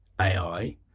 AI